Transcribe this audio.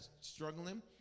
struggling